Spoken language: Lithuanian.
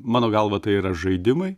mano galva tai yra žaidimai